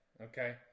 Okay